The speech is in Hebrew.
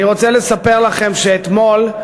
אני רוצה לספר לכם שאתמול,